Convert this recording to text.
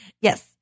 Yes